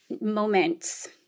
moments